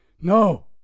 No